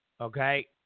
Okay